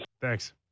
Thanks